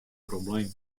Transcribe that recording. probleem